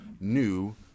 new